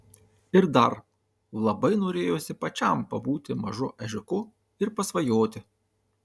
ir dar labai norėjosi pačiam pabūti mažu ežiuku ir pasvajoti